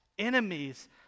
enemies